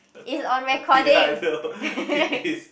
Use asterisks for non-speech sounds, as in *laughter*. is on recording *laughs*